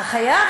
אתה חייב.